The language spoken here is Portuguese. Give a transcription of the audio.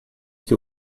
que